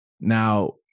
Now